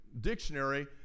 Dictionary